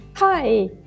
Hi